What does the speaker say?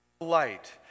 light